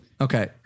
Okay